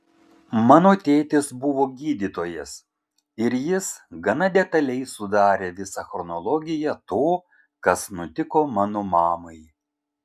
mano tėtis buvo gydytojas ir jis gana detaliai sudarė visą chronologiją to kas nutiko mano mamai